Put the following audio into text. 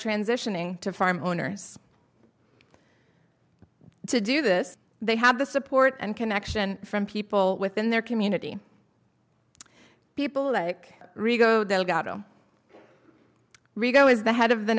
transitioning to farm owners to do this they have the support and connection from people within their community people like rico delgado rigo is the head of the